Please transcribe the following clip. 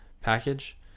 package